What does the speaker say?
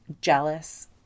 jealous